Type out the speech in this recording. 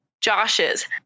Josh's